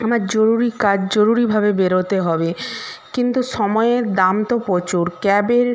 আমার জরুরি কাজ জরুরিভাবে বেরোতে হবে কিন্তু সময়ের দাম তো প্রচুর ক্যাবের